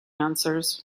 answers